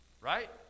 Right